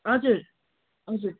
हजुर हजुर